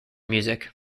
music